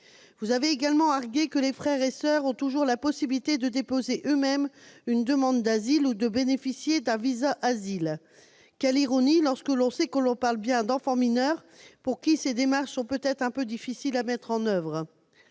Vous avez également argué que les frères et soeurs ont toujours la possibilité « de déposer eux-mêmes une demande d'asile ou de bénéficier d'un visa asile ». Quelle ironie, lorsque l'on sait que l'on parle bien d'enfants mineurs, pour qui ces démarches sont peut-être un peu difficiles à mettre en oeuvre